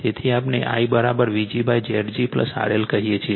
તેથી આપણે IVgZg RL કહીએ છીએ